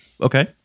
Okay